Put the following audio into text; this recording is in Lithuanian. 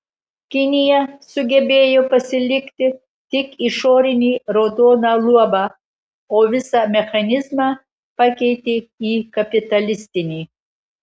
kinija sugebėjo pasilikti tik išorinį raudoną luobą o visą mechanizmą pakeitė į kapitalistinį